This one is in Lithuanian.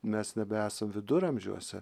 mes nebeesam viduramžiuose